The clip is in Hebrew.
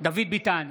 דוד ביטן,